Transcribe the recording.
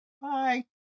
Bye